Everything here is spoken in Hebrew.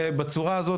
בצורה הזאת,